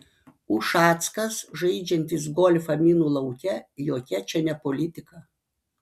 ušackas žaidžiantis golfą minų lauke jokia čia ne politika